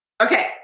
Okay